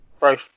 Right